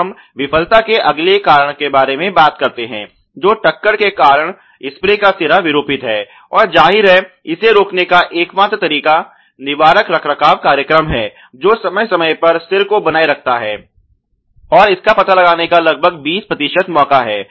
अब हम विफलता के अगले कारण के बारे में बात करते हैं जो टक्कर के कारण स्प्रे का सिरा विरूपित है और जाहिर है इसे रोकने का एकमात्र तरीका निवारक रखरखाव कार्यक्रम है जो समय समय पर सिर को बनाए रखता है और इसका पता लगाने का लगभग बीस प्रतिशत मौका है